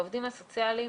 העובדים הסוציאליים